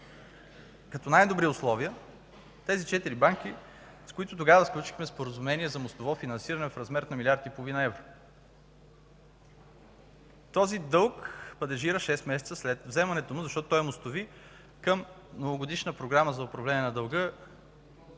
като най-добри условия тези четири банки, с които тогава сключихме споразумение за мостово финансиране в размер на милиард и половина евро. Този дълг падежира шест месеца след вземането му, защото той е целеви към Многогодишна програма за управление на дълга,